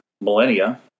millennia